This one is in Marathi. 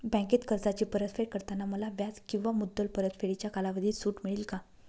बँकेत कर्जाची परतफेड करताना मला व्याज किंवा मुद्दल परतफेडीच्या कालावधीत सूट मिळेल का?